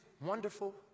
wonderful